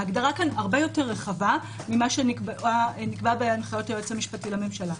ההגדרה פה הרבה יותר רחבה ממה שנקבע בהנחיות היועץ המשפטי לממשלה.